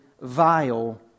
vile